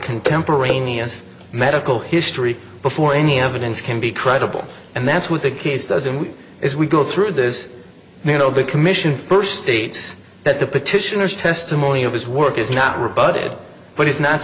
contemporaneous medical history before any evidence can be credible and that's what the case does and we as we go through this you know the commission first states that the petitioner's testimony of his work is not rebut